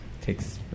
takes